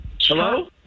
Hello